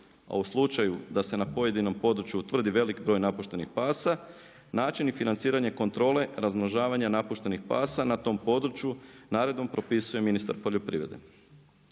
a u slučaju da se na pojedinom području utvrdi velik broj napuštenih pasa, načini financiranja kontrole razmnožavanje napuštenih pasa na tom području, naredno propisuje ministar poljoprivrede.